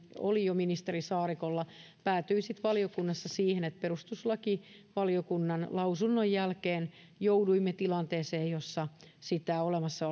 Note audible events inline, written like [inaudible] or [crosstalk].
oli jo ministeri saarikolla päätyi sitten valiokunnassa siihen että perustuslakivaliokunnan lausunnon jälkeen jouduimme tilanteeseen jossa sitä olemassa [unintelligible]